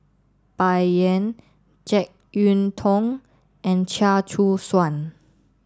Bai Yan Jek Yeun Thong and Chia Choo Suan